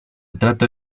trata